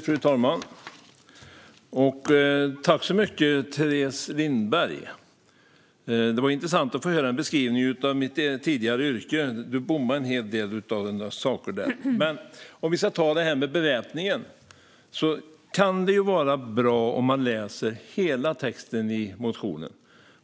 Fru talman! Tack så mycket, Teres Lindberg! Det var intressant att få höra en beskrivning av mitt tidigare yrke. Du bommade på en hel del saker där. Låt oss ta det här med beväpningen. Det kan vara bra om man läser hela texten i motionen.